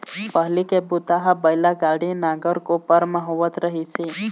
पहिली के बूता ह बइला गाड़ी, नांगर, कोपर म होवत रहिस हे